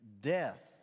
death